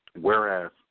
Whereas